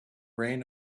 reign